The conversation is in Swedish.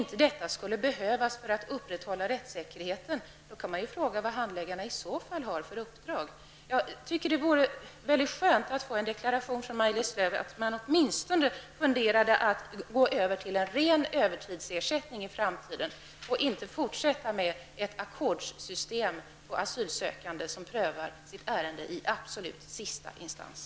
Då kan man fråga vad handläggarna i så fall har för uppdrag. Det skulle vara skönt att få en deklaration av Maj Lis Lööw att man åtminstone funderar på att övergå till en ren övertidsersättning i framtiden och inte fortsätta med ett ackordssystem för asylsökande som vill få ett ärende prövat i absolut sista instans.